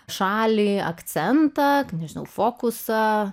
šalį akcentą nežinau fokusą